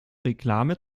reklame